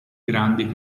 grandi